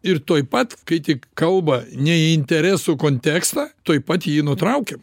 ir tuoj pat kai tik kalba ne į interesų kontekstą tuoj pat jį nutraukiam